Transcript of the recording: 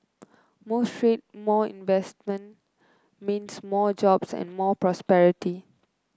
more trade more investment means more jobs and more prosperity